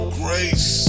grace